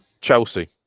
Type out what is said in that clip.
chelsea